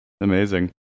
Amazing